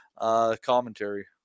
commentary